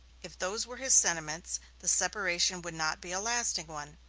if those were his sentiments, the separation would not be a lasting one.